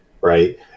right